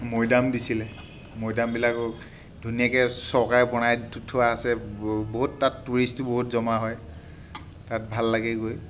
মৈদাম দিছিলে মৈদামবিলাকত ধুনীয়াকৈ চৰকাৰে বনাই থোৱা আছে ব বহুত তাত টুৰিষ্ট তাত জমা হয় তাত ভাল লাগে গৈ